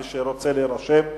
מי שרוצה להירשם לדיבור,